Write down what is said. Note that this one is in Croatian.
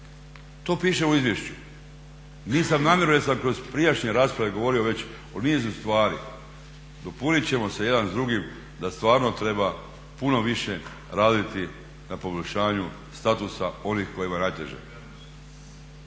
To piše u izvješću. Nisam namjerno jer sam kroz prijašnje rasprave govorio već o nizu stvari, dopuniti ćemo se jedan s drugim da stvarno treba puno više raditi na poboljšanju statusa onih kojima je najteže.